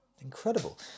Incredible